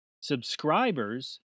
subscribers